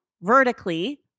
vertically